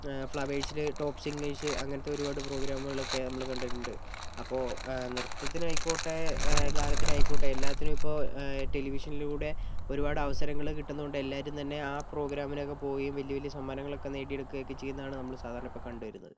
ഫ്ളവെഴ്സിൽ top singers അങ്ങനത്തെ ഒരുപാട് പ്രോഗ്രാമുകളൊക്കെ നമ്മൾ കണ്ടിട്ടുണ്ട് അപ്പോൾ നൃത്തത്തിനായിക്കോട്ടെ ഗാനത്തിനായിക്കോട്ടെ എല്ലാറ്റിനും ഇപ്പോൾ ടെലിവിഷനിലൂടെ ഒരുപാട് അവസരങ്ങൾ കിട്ടുന്നതു കൊണ്ട് എല്ലാവരും തന്നെ ആ പ്രോഗ്രാമിനൊക്കെ വലിയ വലിയ സമ്മാനങ്ങളൊക്കെ നേടിയെടുക്കുകയൊക്കെ ചെയ്യുന്നതാണ് നമ്മൾ സാധാരണ ഇപ്പോൾ കണ്ടു വരുന്നത്